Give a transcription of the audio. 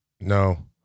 No